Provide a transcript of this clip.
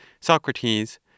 Socrates